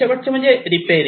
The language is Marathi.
शेवटचे म्हणजे रिपेअरिंग